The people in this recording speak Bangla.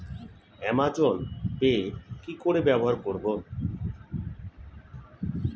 অ্যামাজন পে কি করে ব্যবহার করব?